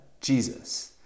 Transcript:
Jesus